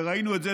וראינו את זה,